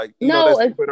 No